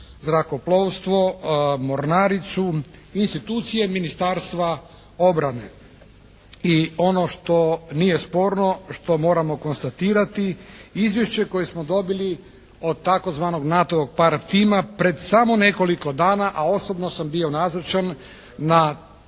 zrakoplovstvo, mornaricu, institucije Ministarstva obrane. I ono što nije sporno što moramo konstatirati izvješće koje smo dobili od tzv. NATO-vog PARP tima pred samo nekoliko dana, a osobno sam bio nazočan na analizi